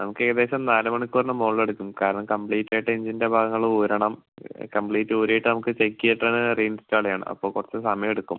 നമ്മുക്ക് ഏകദേശം നാല് മണിക്കൂറിന് മുകളിൽ എടുക്കും കാരണം കമ്പ്ലീറ്റ് ആയിട്ട് എഞ്ചിൻ്റെ ഭാഗങ്ങള് ഊരണം കമ്പ്ലീറ്റ് ഊരീട്ട് നമക്ക് ചെക്ക് ചെയ്തിട്ട് വേണം റീ ഇൻസ്റ്റാള് ചെയ്യാൻ അപ്പോൾ കുറച്ച് സമയം എടുക്കും